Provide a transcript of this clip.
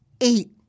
eight